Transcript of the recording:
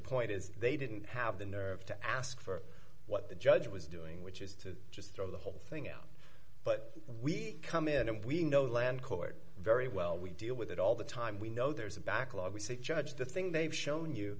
point is they didn't have the nerve to ask for what the judge was doing which is to just throw the whole thing out but we come in and we know land court very well we deal with it all the time we know there's a backlog six judge the thing they've shown you